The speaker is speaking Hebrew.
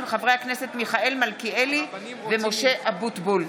של חברי הכנסת מיכאל מלכיאלי ומשה אבוטבול.